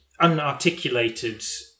unarticulated